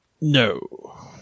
No